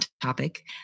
topic